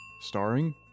starring